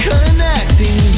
Connecting